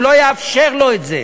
והוא לא יאפשר לו את זה.